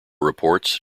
reports